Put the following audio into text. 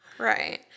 Right